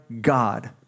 God